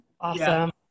Awesome